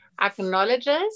Acknowledges